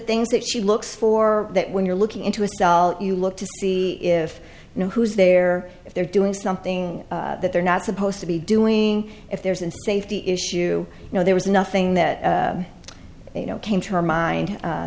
things that she looks for that when you're looking into a cell you look to see if you know who's there or if they're doing something that they're not supposed to be doing if there's a safety issue you know there was nothing that you know came to her mind